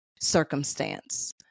circumstance